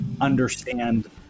understand